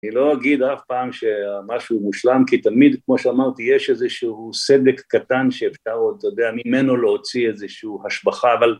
אני לא אגיד אף פעם שמשהו מושלם, כי תמיד, כמו שאמרתי, יש איזשהו סדק קטן שאפשר, אתה יודע, ממנו להוציא איזשהו השבחה, אבל...